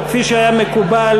וכפי שהיה מקובל,